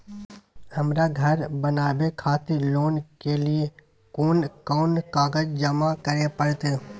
हमरा धर बनावे खातिर लोन के लिए कोन कौन कागज जमा करे परतै?